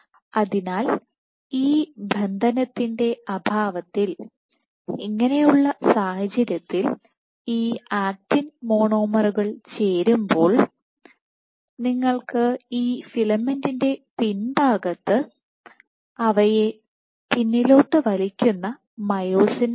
അതിനാൽ ഈ ബന്ധനത്തിന്റെ അഭാവത്തിൽ അങ്ങനെയുള്ള സാഹചര്യത്തിൽ ഈ ആക്റ്റിൻ മോണോമറുകൾ ചേരുമ്പോൾ നിങ്ങൾക്ക് ഈ ഫിലമെന്റിന്റെ പിൻഭാഗത്ത് അവയെ പിന്നിലോട്ട് വലിക്കുന്ന മയോസിൻ ഉണ്ട്